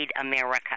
America